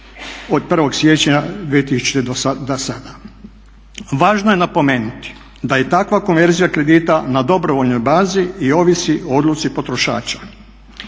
od 1. siječnja 2000. do sada. Važno je napomenuti da je takva konverzija kredita na dobrovoljnoj bazi i ovisi o odluci potrošača.